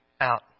out